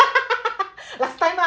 last time ah